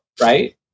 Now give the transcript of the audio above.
Right